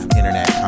Internet